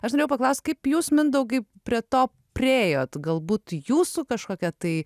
aš norėjau paklaust kaip jūs mindaugai prie to priėjot galbūt jūsų kažkokia tai